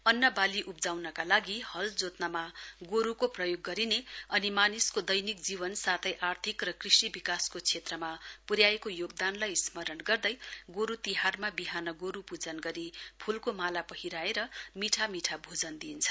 अन्नवाली उब्जाउनका लागि हल जोव्रमा गोरुके प्रयोग गरिने अनि मानिसको दैनिक जीवन साथै आर्थिक र कृषि विकासको क्षेत्रमा पुर्याएको योगदानलाई स्मरण गर्दै गोरु तिहारमा विहान गोरु पूजन गरी फूलको माला पहिराएर मीठा मीठा भोजन दिइन्छ